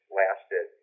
lasted